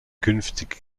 künftige